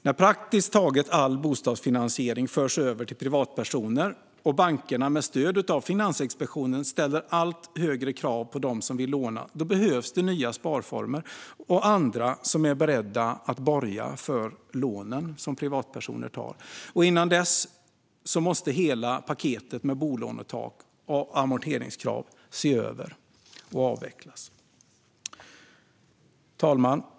När praktiskt taget all bostadsfinansiering förts över till privatpersoner, och bankerna med stöd av Finansinspektionen ställer allt högre krav på dem som vill låna, behövs det nya sparformer och andra som är beredda att borga för lånen som privatpersoner tar. Och innan dess måste hela paketet med bolånetak och amorteringskrav ses över och avvecklas. Fru talman!